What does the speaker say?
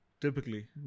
typically